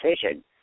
decision